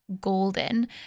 golden